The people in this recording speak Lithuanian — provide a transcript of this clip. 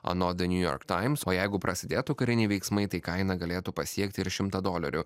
anot the new york times o jeigu prasidėtų kariniai veiksmai tai kaina galėtų pasiekti ir šimtą dolerių